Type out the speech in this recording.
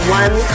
one